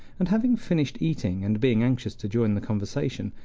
and having finished eating, and being anxious to join the conversation,